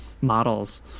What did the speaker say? models